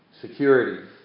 security